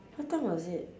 what time was it